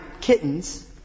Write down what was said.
kittens